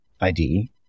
ID